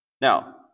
Now